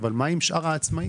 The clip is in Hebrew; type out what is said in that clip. אבל מה עם שאר העצמאיים?